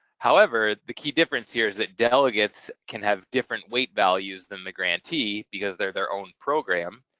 however, the key difference here is that delegates can have different weight values than the grantee because they're their own program,